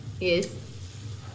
Yes